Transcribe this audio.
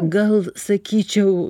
gal sakyčiau